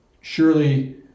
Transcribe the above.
Surely